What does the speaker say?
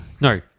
No